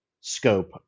scope